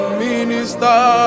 minister